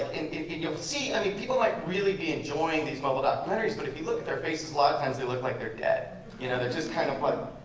and you'll see i mean people like really be enjoying these mobile documentaries. but if you look at their faces, a lot of times they look like they're dead. you know they just kind of but